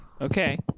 Okay